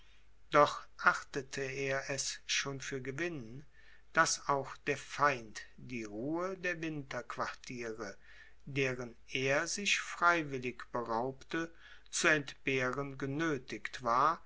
doch achtete er es schon für gewinn daß auch der feind die ruhe der winterquartiere deren er sich freiwillig beraubte zu entbehren genöthigt ward